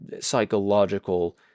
psychological